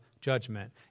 judgment